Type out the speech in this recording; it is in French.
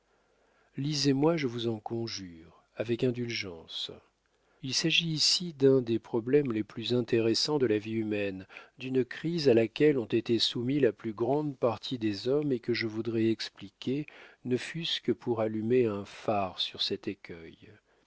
royaume lisez moi je vous en conjure avec indulgence il s'agit ici d'un des problèmes les plus intéressants de la vie humaine d'une crise à laquelle ont été soumis la plus grande partie des hommes et que je voudrais expliquer ne fût-ce que pour allumer un phare sur cet écueil